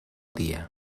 dia